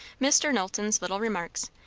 mr. knowlton's little remarks,